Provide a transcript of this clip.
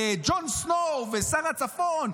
ג'ון סנואו ושר הצפון,